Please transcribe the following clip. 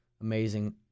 amazing